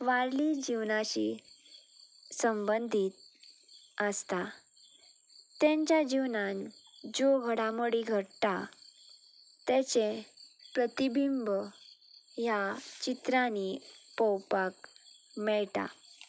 वारली जिवनाचे संबंदीत आसता तांच्या जिवनान ज्यो घडामोडी घडटा ताचें प्रतिबिंब ह्या चित्रांनी पळोवपाक मेळटा